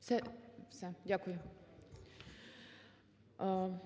все. Дякую.